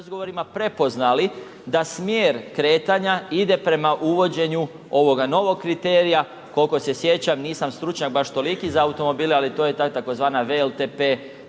prepoznali da smjer kretanja ide prema uvođenja ovog novog kriterija, koliko se sjećam, nisam stručnjak baš toliki za automobile ali to je tzv. VLTP